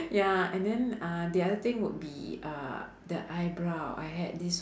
ya and then uh the other thing would be uh the eyebrow I had this